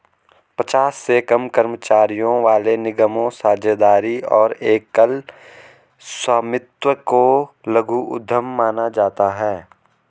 पचास से कम कर्मचारियों वाले निगमों, साझेदारी और एकल स्वामित्व को लघु उद्यम माना जाता है